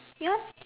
ya